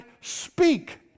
speak